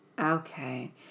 Okay